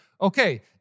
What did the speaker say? okay